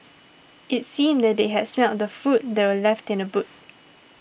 it seemed that they had smelt the food that were left in the boot